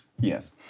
yes